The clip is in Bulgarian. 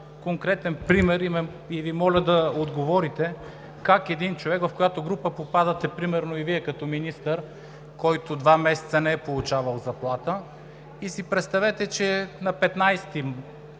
конкретен пример и Ви моля да отговорите как един човек, в която група попадате примерно и Вие като министър, който два месеца не е получавал заплата, и си представете, че на 15